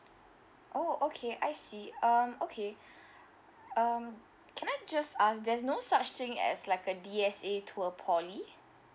oh okay I see um okay um can I just ask there's no such thing as like a D_S_A tour poly